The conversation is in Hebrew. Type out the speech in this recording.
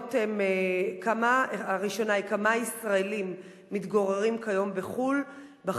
השאלות הן: 1. כמה ישראלים מתגוררים כיום בחוץ-לארץ,